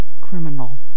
criminal